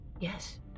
Yes